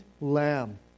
lamb